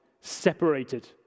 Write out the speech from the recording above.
separated